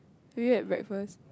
do you had breakfast